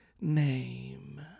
name